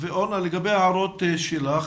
לגבי ההערות שלך,